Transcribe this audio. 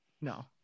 no